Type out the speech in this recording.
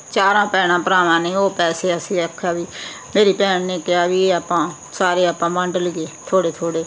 ਚਾਰਾਂ ਭੈਣਾਂ ਭਰਾਵਾਂ ਨੇ ਉਹ ਪੈਸੇ ਅਸੀਂ ਆਖਿਆ ਵੀ ਮੇਰੀ ਭੈਣ ਨੇ ਕਿਹਾ ਵੀ ਇਹ ਆਪਾਂ ਸਾਰੇ ਆਪਾਂ ਵੰਡ ਲਈਏ ਥੋੜ੍ਹੇ ਥੋੜ੍ਹੇ